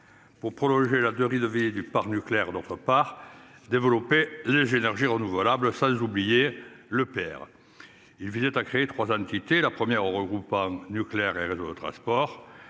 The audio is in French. Pour prolonger la de rénover du parc nucléaire d'autre part développer le jeu énergies renouvelables sans oublier le père il visait à créer 3 entités, la première au regroupant Nucléaire et réseaux de transport